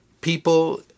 People